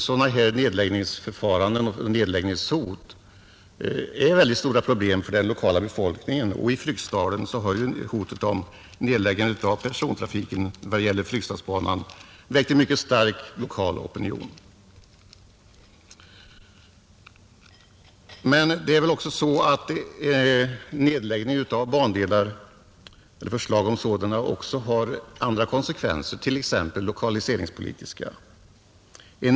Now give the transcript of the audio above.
Sådana här nedläggningshot skapar stora problem för den lokala befolkningen. I Fryksdalen har hotet om nedläggandet av persontrafiken på Fryksdalsbanan väckt en mycket stark lokal opinion. Men förslag om nedläggning av bandelar har också andra konsekvenser, t.ex. lokaliseringspolitiska.